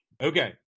Okay